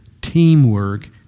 teamwork